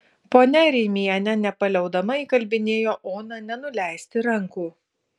ponia rimienė nepaliaudama įkalbinėjo oną nenuleisti rankų